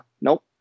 Nope